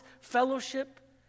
fellowship